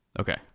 Okay